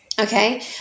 Okay